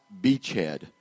beachhead